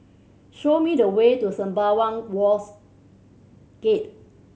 show me the way to Sembawang Wharves Gate